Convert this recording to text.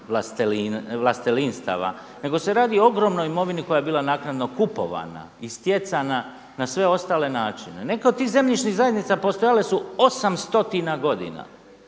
vlastelinstava nego se radi o ogromnoj imovini koja je bila naknadno kupovana i stjecana na sve ostale načine. Neke od tih zemljišnih zajednica postojale su 800 godina.